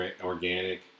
organic